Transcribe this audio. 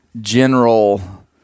general